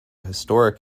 historic